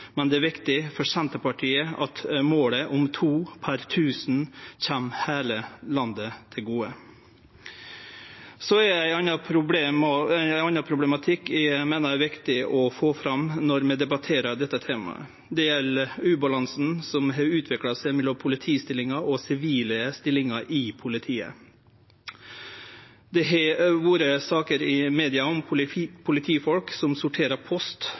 men det er viktig for Senterpartiet at målet om 2 per 1 000 kjem heile landet til gode. Ein annan problematikk eg meiner det er viktig å få fram når vi debatterer dette temaet, er ubalansen som har utvikla seg mellom politistillingar og sivile stillingar i politiet. Det har vore saker i media om politifolk som sorterer post